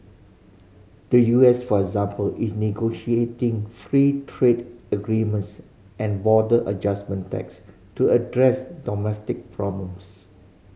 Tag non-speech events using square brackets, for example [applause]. the U S for example is [unintelligible] free trade agreements and the border adjustment tax to address domestic problems